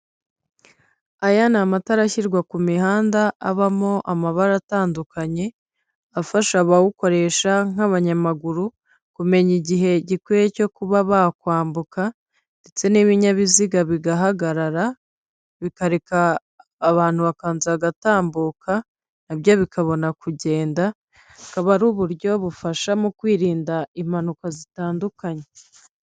Aya ni amatara ashyirwa ku mihanda abamo amabara atandukanye, afasha abawukoresha nk'abanyamaguru kumenya igihe gikwiye cyo kuba bakwambuka ndetse n'ibinyabiziga bigahagarara, bikareka abantu bakabanza bagatambuka nabyo bikabona kugenda, akaba ari uburyo bufasha mu kwirinda impanuka zitandukanye.